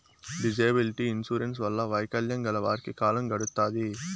disability insurance వల్ల వైకల్యం గల వారికి కాలం గడుత్తాది